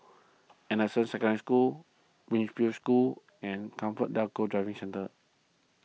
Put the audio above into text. anderson Second School Wiltshire School and ComfortDelGro Driving Centre